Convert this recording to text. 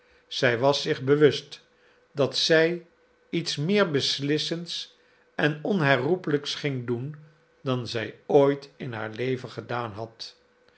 zij was zich bewust dat zij iets meer beslissends en onherroepelijks ging doen dan zij ooit in haar leven gedaan had